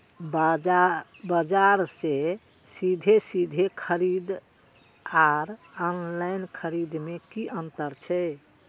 बजार से सीधे सीधे खरीद आर ऑनलाइन खरीद में की अंतर छै?